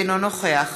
אינו נוכח